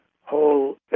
whole